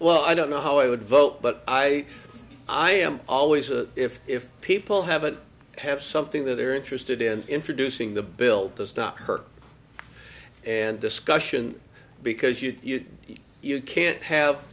well i don't know how i would vote but i i am always a if if people haven't have something that they're interested in introducing the bill does not hurt and discussion because you've you can't have